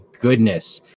goodness